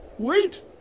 Wait